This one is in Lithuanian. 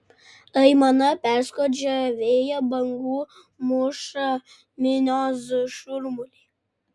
aimana perskrodžia vėją bangų mūšą minios šurmulį